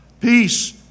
Peace